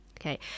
Okay